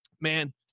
man